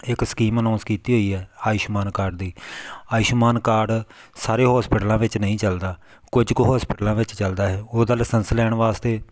ਇੱਕ scheme announce ਕੀਤੀ ਹੋਈ ਹੈ ਆਯੁਸ਼ਮਾਨ ਕਾਰਡ ਦੀ ਆਯੁਸ਼ਮਾਨ ਕਾਰਡ ਸਾਰੇ ਹੋਸਪਿਟਲਾਂ ਵਿੱਚ ਨਹੀਂ ਚੱਲਦਾ ਕੁੱਝ ਕੁ ਹੋਸਪਿਟਲਾਂ ਵਿੱਚ ਚੱਲਦਾ ਹੈ ਉਹਦਾ ਲਾਇਸੈਂਸ ਲੈਣ ਵਾਸਤੇ